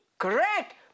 Correct